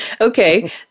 Okay